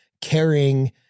caring